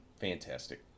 fantastic